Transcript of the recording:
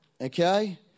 Okay